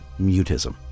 mutism